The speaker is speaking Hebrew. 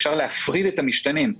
אפשר להפריד את המשתנים.